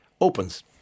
opens